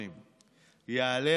מוות.